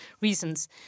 reasons